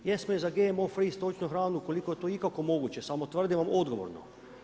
Jesmo i za GMO free stočnu hranu, ukoliko je to ikako moguće, samo tvrdim vam odgovorno.